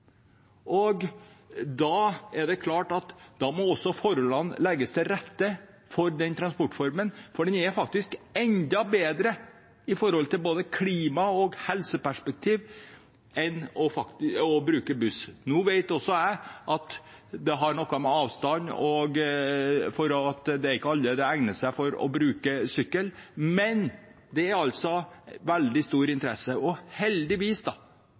buss. Da er det klart at forholdene også må legges til rette for den transportformen, for den er enda bedre i både et klima- og helseperspektiv enn å bruke buss. Nå vet også jeg at det har noe med avstand å gjøre, og at det ikke egner seg for alle å bruke sykkel, men det er altså veldig stor interesse, og heldigvis er det fortsatt de yngste som sykler mest. Slik var det jo før – da